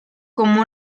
como